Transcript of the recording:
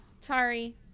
sorry